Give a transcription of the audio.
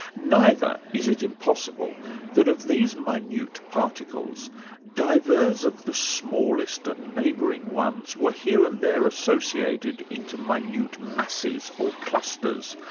neither is it impossible that of these minute particles divers of the smallest and neighbouring ones were here and there associated into minute masses or clusters,